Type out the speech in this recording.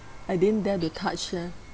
I didn't dare to touch eh